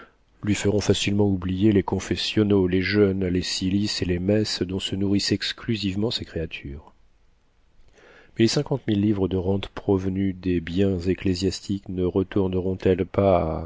lui feront facilement oublier les confessionnaux les jeûnes les cilices et les messes dont se nourrissent exclusivement ces créatures mais les cinquante mille livres de rentes provenues des biens ecclésiastiques ne retourneront elles pas